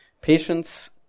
Patience